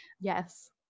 Yes